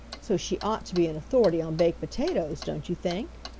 so she ought to be an authority on baked potatoes, don't you think?